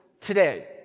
today